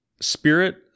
Spirit